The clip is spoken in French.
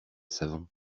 savon